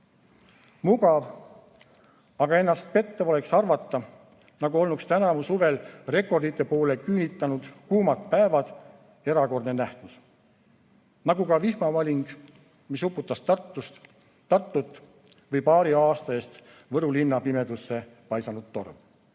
Mugav, aga ennast pettev oleks arvata, nagu olnuks tänavu suvel rekordite poole küünitanud kuumad päevad erakordne nähtus. Nagu ka vihmavaling, mis uputas Tartut, või paari aasta eest Võru linna pimedusse paisanud torm.